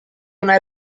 una